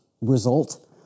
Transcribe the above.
result